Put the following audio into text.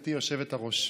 גברתי היושבת-ראש.